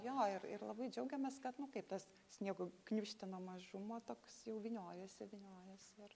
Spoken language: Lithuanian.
jo ir ir labai džiaugiamės kad nu kaip tas sniego gniūžtė nuo mažumo toks jau vyniojasi viniojas ir